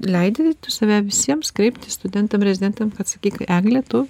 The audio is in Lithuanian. leidi save visiems kreiptis studentam rezidentam kad sakyti egle tu